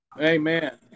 Amen